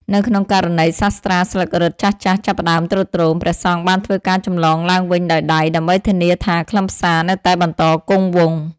នៅក្នុងករណីសាត្រាស្លឹករឹតចាស់ៗចាប់ផ្តើមទ្រុឌទ្រោម ព្រះសង្ឃបានធ្វើការចម្លងឡើងវិញដោយដៃ ដើម្បីធានាថាខ្លឹមសារនៅតែបន្តគង់វង្ស។